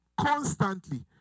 constantly